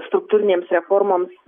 struktūrinėms reformoms